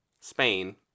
Spain